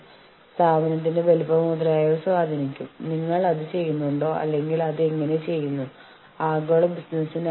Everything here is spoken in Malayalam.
തൊഴിൽ കരാറിന്റെ ഭാഷയിൽ അവ്യക്തത കാരണം എന്തെങ്കിലും അസൌകര്യം ഉണ്ടായാൽ അത് കൈകാര്യം ചെയ്യുന്നതിനായി കരാർ വ്യാഖ്യാന പരാതി ഉപയോഗിക്കുന്നു